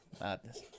Madness